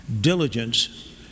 diligence